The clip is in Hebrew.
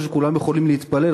חושבים שכולם יכולים להתפלל,